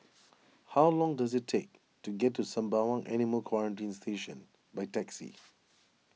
how long does it take to get to Sembawang Animal Quarantine Station by taxi